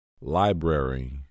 Library